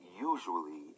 usually